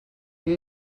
dia